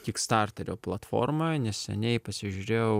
kikstarterio platformoj neseniai pasižiūrėjau